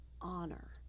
honor